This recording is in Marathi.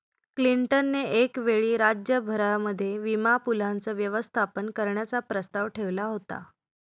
क्लिंटन ने एक वेळी राज्य भरामध्ये विमा पूलाचं व्यवस्थापन करण्याचा प्रस्ताव ठेवला होता